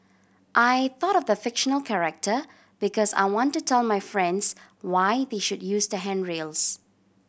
I thought of the fictional character because I want to tell my friends why they should use the handrails